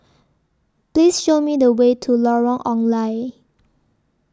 Please Show Me The Way to Lorong Ong Lye